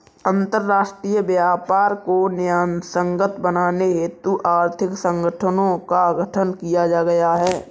अंतरराष्ट्रीय व्यापार को न्यायसंगत बनाने हेतु आर्थिक संगठनों का गठन किया गया है